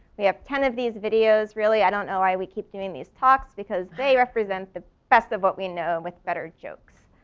we have ten of these videos really, i don't know why we keep doing these talks, because they represent the best of what we know with better jokes.